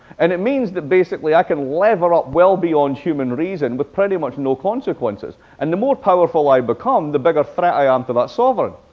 and it means that basically i can lever up well beyond human reason with pretty much no consequences. and the more powerful i become, the bigger threat i am um to that sovereign.